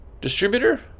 distributor